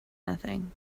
nothing